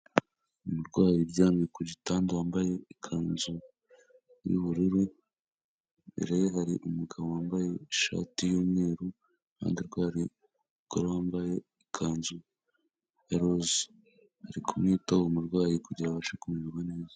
Umurwayi uryamye ku gitanda wambaye ikanzu y'ubururu, imbere ye hari umugabo wambaye ishati y'umweru, iruhande rwe hari umugore wambaye ikanzu y'iroza, ari kumwitaho umurwayi kugira abashe kumererwa neza.